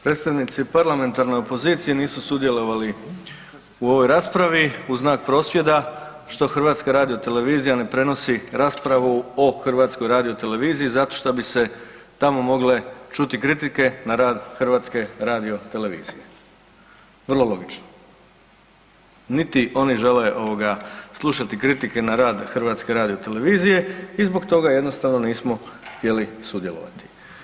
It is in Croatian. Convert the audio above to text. Predstavnici parlamentarne opozicije nisu sudjelovali u ovoj raspravi u znak prosvjeda što HRT ne prenosi raspravu o HRT-u zato što bi se tamo mogle čuti kritike na rad HRT-a, vrlo logično, niti oni žele slušati kritike na rad HRT-a i zbog toga jednostavno nismo htjeli sudjelovati.